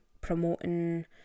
promoting